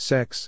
Sex